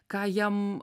ką jam